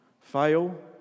Fail